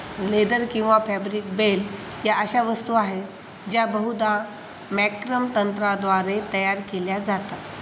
leather किंवा fabric belt या अशा वस्तू आहेत ज्या बहुदा मॅक्रम तंत्राद्वारे तयार केल्या जातात